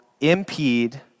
impede